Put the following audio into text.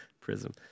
Prism